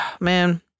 man